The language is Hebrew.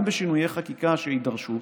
גם בשינויי חקיקה שיידרשו